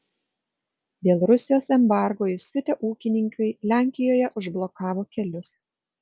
dėl rusijos embargo įsiutę ūkininkai lenkijoje užblokavo kelius